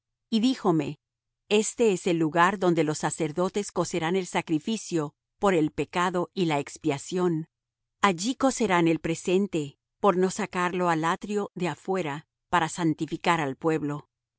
y díjome este es el lugar donde los sacerdotes cocerán el sacrificio por el pecado y la expiación allí cocerán el presente por no sacarlo al atrio de afuera para santificar al pueblo